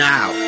Now